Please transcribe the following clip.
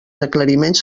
aclariments